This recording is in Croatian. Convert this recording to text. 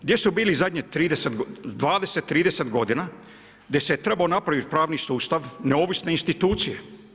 Gdje su bili zadnjih 20, 30 godina gdje se trebao napraviti pravni sustav neovisne institucije?